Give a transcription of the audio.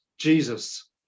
Jesus